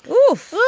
woof, woof.